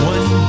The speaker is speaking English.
One